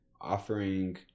offering